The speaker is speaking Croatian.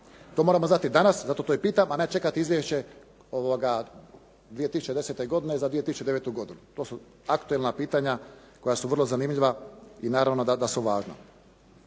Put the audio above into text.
To moramo znati danas, zato to i pitam, a ne čekati izvješće 2010. godine za 2009. godinu. To su aktualna pitanja koja su vrlo zanimljiva i naravno da su važna.